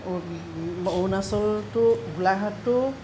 অৰুণাচল টো গোলাঘাট টো